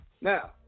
Now